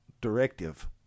directive